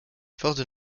forces